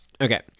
Okay